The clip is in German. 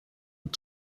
und